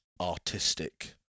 artistic